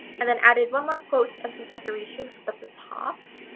and then added one more quote and some decoration up at the top.